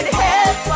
help